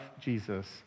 Jesus